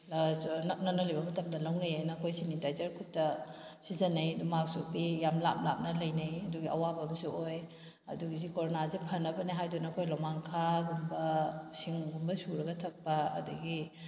ꯅꯛꯅꯅ ꯂꯩꯕ ꯃꯇꯝꯗ ꯂꯧꯅꯩ ꯍꯥꯏꯅ ꯑꯩꯈꯣꯏ ꯁꯦꯅꯤꯇꯥꯏꯖꯔ ꯈꯨꯠꯇ ꯁꯤꯖꯟꯅꯩ ꯃꯥꯛꯁ ꯎꯞꯄꯤ ꯌꯥꯝ ꯂꯥꯞ ꯂꯥꯞꯅ ꯂꯩꯅꯩ ꯑꯗꯨꯒꯤ ꯑꯋꯥꯕ ꯑꯃꯁꯨ ꯑꯣꯏ ꯑꯗꯨ ꯍꯧꯖꯤꯛ ꯀꯣꯔꯣꯅꯥꯁꯤ ꯐꯅꯕꯅꯦ ꯍꯥꯏꯗꯨꯅ ꯑꯩꯈꯣꯏ ꯅꯣꯡꯃꯥꯡꯈꯥꯒꯨꯝꯕ ꯁꯤꯡꯒꯨꯝꯕ ꯁꯨꯔꯒ ꯊꯛꯄ ꯑꯗꯨꯗꯒꯤ